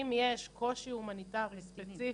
אם יש קושי הומניטארי ספציפי,